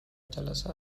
جلسه